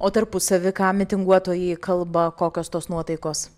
o tarpusavy ką mitinguotojai kalba kokios tos nuotaikos